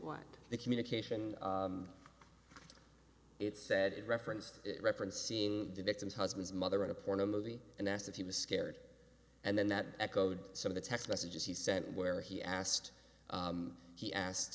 what the communication it said it referenced referenced seeing the victim's husband's mother in a porno movie and asked if he was scared and then that echoed some of the text messages he sent where he asked he asked